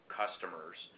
customers